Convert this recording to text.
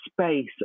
space